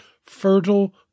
fertile